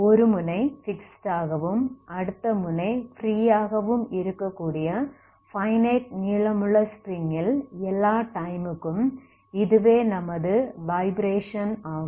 ஒரு முனை ஃபிக்ஸ்ட் ஆகவும் அடுத்த முனை ஃப்ரீ ஆகவும் இருக்க கூடிய ஃபைனைட் நீளமுள்ள ஸ்ட்ரிங் ல் எல்லா டைமுக்கும் இதுவே நமது வைப்ரேஷன் ஆகும்